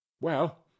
Well